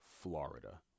Florida